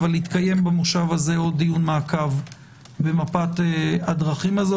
אבל יתקיים במושב הזה עוד דיון מעקב במפת הדרכים הזו,